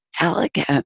elegant